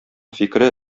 фикере